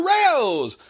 Rails